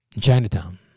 Chinatown